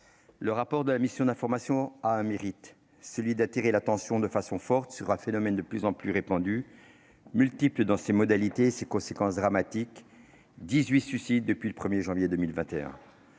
le rapport de notre mission d'information a un mérite, celui d'attirer vivement l'attention sur un phénomène de plus en plus répandu, multiple dans ses modalités et ses conséquences dramatiques. Depuis le 1 janvier 2021,